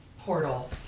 portal